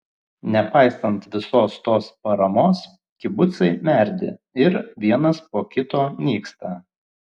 nepaisant visos tos paramos kibucai merdi ir vienas po kito nyksta